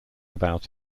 about